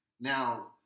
Now